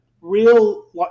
real